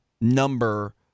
number